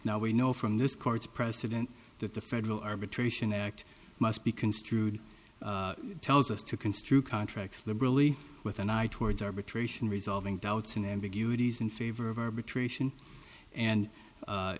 now we know from this court's precedent that the federal arbitration act must be construed tells us to construe contracts liberally with an eye towards arbitration resolving doubts and ambiguity is in favor of arbitration and